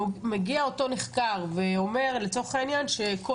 ומגיע אותו נחקר ואומר לצורך העניין שכל